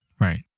Right